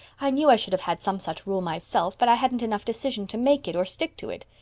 i knew i should have had some such rule myself, but i hadn't enough decision to make it or stick to it.